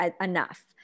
enough